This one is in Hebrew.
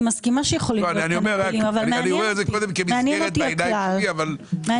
אני מסכימה שיכולים להיות אבל מעניין אותי הכלל.